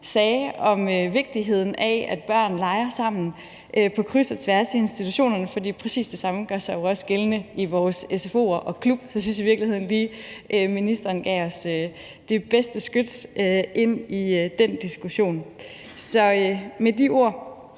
sagde om vigtigheden af, at børn leger sammen på kryds og tværs i institutionerne, for præcis det samme gør sig jo også gældende i vores sfo'er og klubber. Så jeg synes i virkeligheden, at ministeren lige gav os det bedste skyts til den diskussion. Med de ord